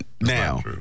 now